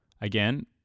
Again